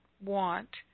want